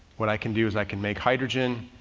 what i can do is i can make hydrogen,